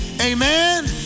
Amen